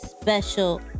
special